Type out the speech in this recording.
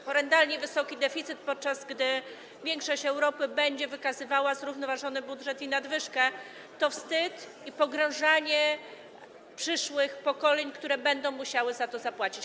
Horrendalnie wysoki deficyt, podczas gdy większość Europy będzie wykazywała zrównoważony budżet i nadwyżkę, to wstyd i pogrążanie przyszłych pokoleń, które będą musiały za to zapłacić.